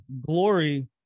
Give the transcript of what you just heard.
Glory